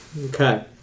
Okay